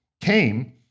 came